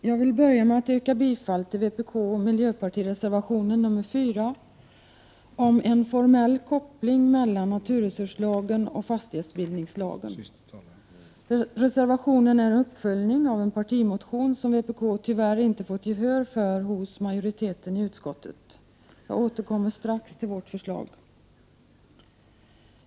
Jag vill börja med att yrka bifall till vpk —mp-reservation nr 4 om formell koppling mellan naturresurslagen och fastighetsbildningslagen . Reservationen är en uppföljning av en partimotion som vpk tyvärr inte fått gehör för hos majoriteten i utskottet. Jag återkommer strax till vårt förslag.